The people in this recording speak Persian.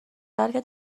بلکه